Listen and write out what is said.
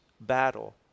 battle